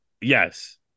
Yes